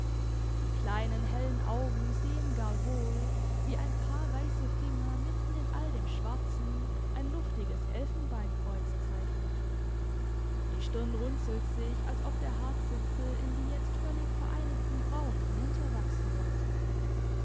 die kleinen hellen augen sehen gar wohl wie ein paar weiße finger mitten in all dem schwarzen ein luftiges elfenbeinkreuz zeichnen die stirn runzelt sich als ob der haarzipfel in die jetzt völlig vereinigten brauen hinunterwachsen wollte